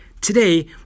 Today